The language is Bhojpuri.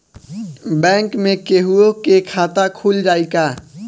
बैंक में केहूओ के खाता खुल जाई का?